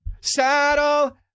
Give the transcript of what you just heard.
Saddle